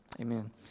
amen